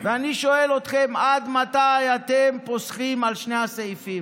ואני שואל אתכם: עד מתי אתם פוסחים על שתי הסעיפים?